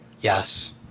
Yes